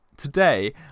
Today